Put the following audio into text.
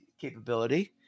capability